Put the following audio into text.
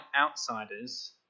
outsiders